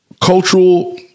cultural